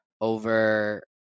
over